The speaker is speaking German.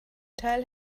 teil